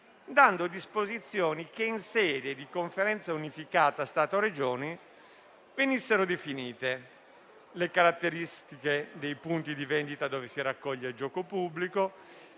dando disposizioni che, in sede di conferenza unificata Stato-Regioni, venissero definite: le caratteristiche dei punti di vendita dove si raccoglie il gioco pubblico;